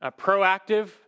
proactive